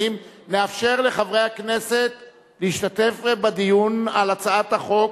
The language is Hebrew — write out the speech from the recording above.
נאפשר לחברי הכנסת להשתתף בדיון על הצעת החוק